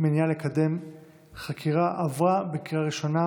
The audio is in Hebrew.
מניעה לקדם חקירה) עברה בקריאה ראשונה